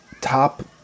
top